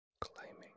claiming